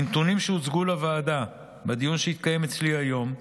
מנתונים שהוצגו לוועדה בדיון שהתקיים אצלי היום,